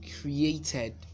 created